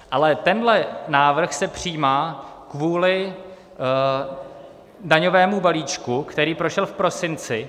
Ale tenhle návrh se přijímá kvůli daňovému balíčku, který prošel v prosinci.